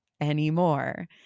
anymore